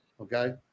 Okay